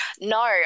No